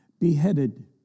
beheaded